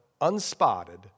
unspotted